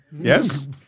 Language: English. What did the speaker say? Yes